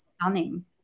stunning